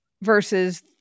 versus